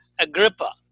Agrippa